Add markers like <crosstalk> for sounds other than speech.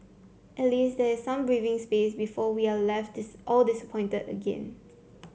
at least there is some breathing space before we are all left <unintelligible> all disappointed again